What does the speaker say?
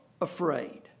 afraid